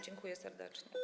Dziękuję serdecznie.